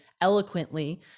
eloquently